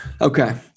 Okay